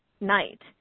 night